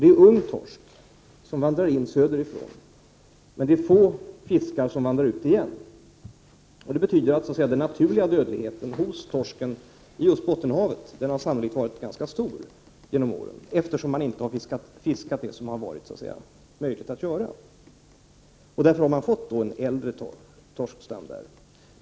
Det är ung torsk som vandrar in söderifrån, men det är få fiskar som vandrar ut igen. Det betyder att den så att säga naturliga dödligheten hos torsken i just Bottenhavet sannolikt har varit ganska stor genom åren — eftersom man inte har fiskat det som har varit möjligt att fiska. Därför har man fått en äldre torskstam i Bottenhavet.